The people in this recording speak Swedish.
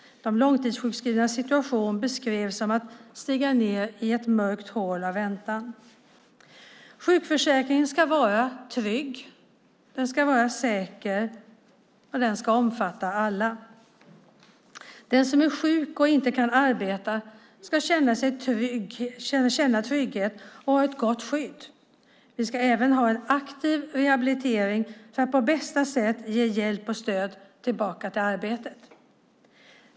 De långtidssjukskrivnas situation beskrevs som att stiga ned i ett mörkt hål av väntan. Sjukförsäkringen ska vara trygg och säker, och den ska omfatta alla. Den som är sjuk och inte kan arbeta ska känna trygghet och ha ett gott skydd. Vi ska även ha en aktiv rehabilitering för att på bästa sätt ge hjälp och stöd tillbaka till arbete.